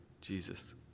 Jesus